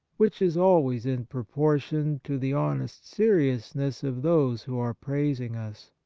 which is always in proportion to the honest serious ness of those who are praising us.